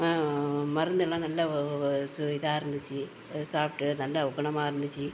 மருந்துலாம் நல்ல ஓ ஓ ஓ சு இதாக இருந்துச்சு சாப்பிட்டு நல்லா குணமாக இருந்துச்சு